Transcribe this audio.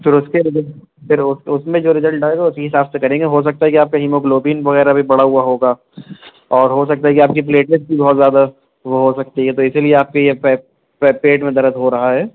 پھر اس کے پھر اس میں جو ریزلٹ آئے گا وہ اسی حساب سے کریں گے ہو سکتا ہے کہ آپ کا ہیموگلوبین وغیرہ بھی بڑھا ہوا ہوگا اور ہو سکتا ہے کہ آپ کی پلیلیٹس بھی بہت زہادہ وہ ہو سکتی ہیں تو اسی لیے آپ کے یہ پیٹ میں درد ہو رہا ہے